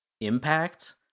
impact